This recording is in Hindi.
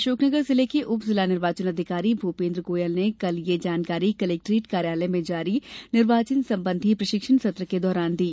अशोकनगर जिले के उप जिला निर्वाचन अधिकारी भूपेंद्र गोयल ने कल ये जानकारी कलेक्ट्रेट कार्यालय में जारी निर्वाचन संबंधित प्रशिक्षण सत्र के दौरान दी